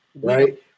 right